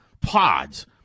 pods